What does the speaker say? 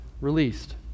released